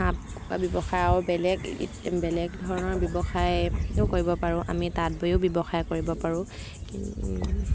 হাঁহ কুকুৰা ব্যৱসায় আৰু বেলেগ বেলেগ ধৰণৰ ব্যৱসায়ো কৰিব পাৰোঁ আমি তাঁত বয়ো ব্যৱসায় কৰিব পাৰোঁ